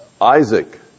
Isaac